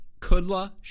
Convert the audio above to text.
Kudla